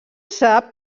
sap